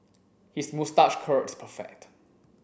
his moustache curl is perfect